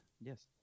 Yes